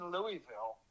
Louisville